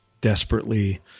desperately